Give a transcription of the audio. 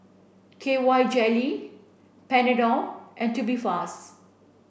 K Y jelly Panadol and Tubifast